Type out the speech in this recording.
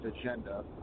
agenda